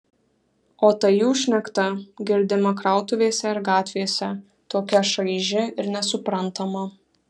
o ta jų šnekta girdima krautuvėse ir gatvėse tokia šaiži ir nesuprantama